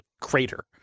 crater